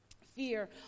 Fear